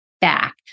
back